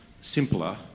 simpler